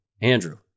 Andrew